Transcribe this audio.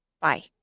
Bye